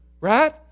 Right